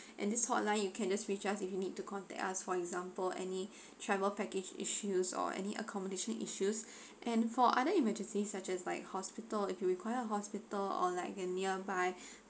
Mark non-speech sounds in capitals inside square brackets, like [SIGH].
and this hotline you can just reach us if you need to contact us for example any [BREATH] travel package issues or any accommodation issues [BREATH] and for other emergencies such as like hospital if you require hospital or like a nearby [BREATH]